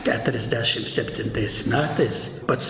keturiasdešim septintais metais pats